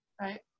right